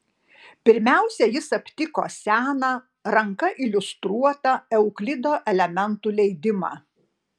pirmiausia jis aptiko seną ranka iliustruotą euklido elementų leidimą